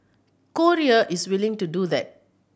Korea is willing to do that